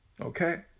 Okay